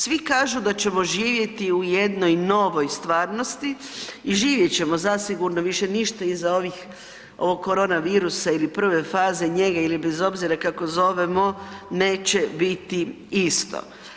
Svi kažu da ćemo živjeti u jednoj novoj stvarnosti i živjet ćemo zasigurno, više ništa iza ovog korona viruse ili prve faze njega ili bez obzira kako zovemo, neće biti isto.